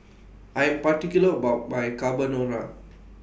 I Am particular about My Carbonara